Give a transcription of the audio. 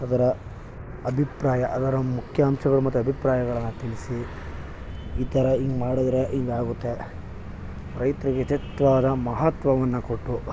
ಅದರ ಅಭಿಪ್ರಾಯ ಅದರ ಮುಖ್ಯಾಂಶಗಳು ಮತ್ತು ಅಭಿಪ್ರಾಯಗಳನ್ನು ತಿಳಿಸಿ ಈ ಥರ ಹಿಂಗೆ ಮಾಡಿದರೆ ಹಿಂಗೆ ಆಗುತ್ತೆ ರೈತ್ರಿಗೆ ವಾದ ಮಹತ್ವವನ್ನು ಕೊಟ್ಟು